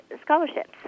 scholarships